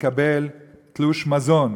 יקבל תלוש מזון,